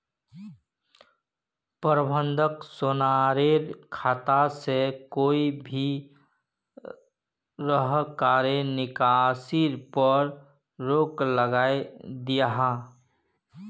प्रबंधक सोहानेर खाता से कोए भी तरह्कार निकासीर पोर रोक लगायें दियाहा